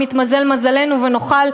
אם יתמזל מזלנו ונוכל,